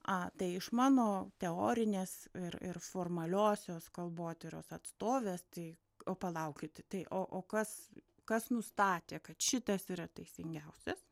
a tai iš mano teorinės ir ir formaliosios kalbotyros atstovės tai o palaukit tai o o kas kas nustatė kad šitas yra taisingiausias